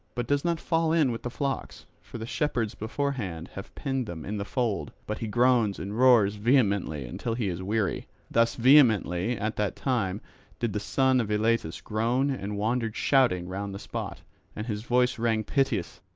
but does not fall in with the flocks for the shepherds beforehand have penned them in the fold, but he groans and roars vehemently until he is weary. thus vehemently at that time did the son of eilatus groan and wandered shouting round the spot and his voice rang piteous.